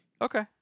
Okay